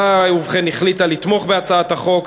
ובכן, הממשלה החליטה לתמוך בהצעת החוק.